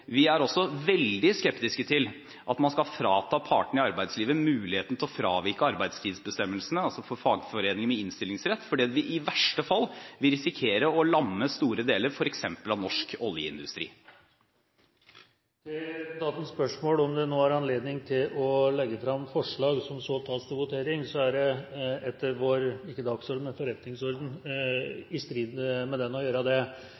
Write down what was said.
Vi er også veldig skeptiske til at man skal frata partene i arbeidslivet muligheten til å fravike arbeidstidsbestemmelsene, altså få fagforeninger med innstillingsrett, fordi vi i verste fall vil risikere å lamme store deler av f.eks. norsk oljeindustri. Til representantens spørsmål om det er anledning til å legge fram forslag, som så kommer til votering: Det er i strid med Stortingets forretningsorden å gjøre det.